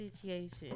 situation